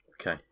Okay